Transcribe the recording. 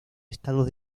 estados